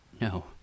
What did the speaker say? No